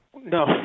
no